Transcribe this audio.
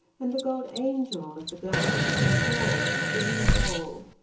and the gold angel of the blackened town hall topping the whole.